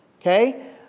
Okay